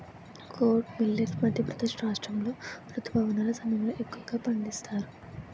kodo millet Madhya Pradesh రాష్ట్రాములో రుతుపవనాల సమయంలో ఎక్కువగా పండిస్తారు